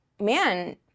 man